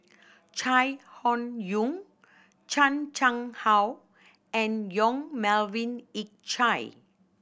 Chai Hon Yoong Chan Chang How and Yong Melvin Yik Chye